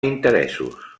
interessos